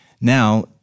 Now